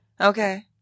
Okay